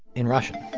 in russian